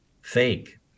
fake